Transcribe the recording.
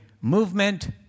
movement